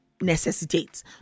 necessitates